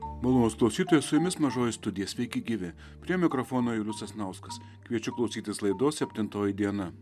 malonūs klausytojai su jumis mažoji studija sveiki gyvi prie mikrofono julius sasnauskas kviečiu klausytis laidos septintoji diena